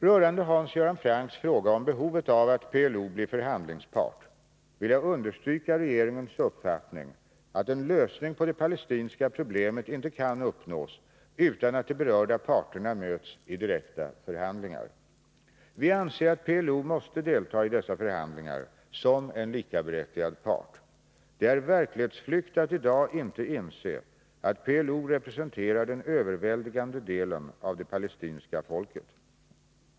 Rörande Hans Göran Francks fråga om behovet av att PLO blir förhandlingspart vill jag understryka regeringens uppfattning att en lösning på det palestinska problemet inte kan uppnås utan att de berörda parterna möts i direkta förhandlingar. Vi anser att PLO måste delta i dessa förhandlingar som en likaberättigad part. Det är verklighetsflykt att i dag inte inse att PLO representerar den överväldigande delen av det palestinska folket.